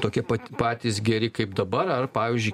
tokie pat patys geri kaip dabar ar pavyzdžiui